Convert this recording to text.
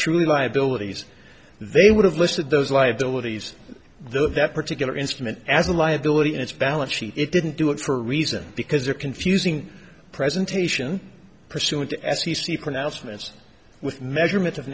truly liabilities they would have listed those liabilities though that particular instrument as a liability in its balance sheet it didn't do it for a reason because they're confusing presentation pursuant to f c c pronouncements with measurement of